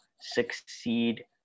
succeed